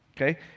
Okay